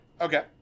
Okay